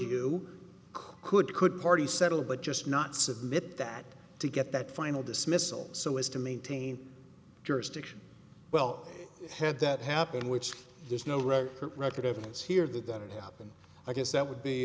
you could could party settle but just not submit that to get that final dismissal so as to maintain jurisdiction well had that happened which there's no record record evidence here that it happened i guess that would